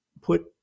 put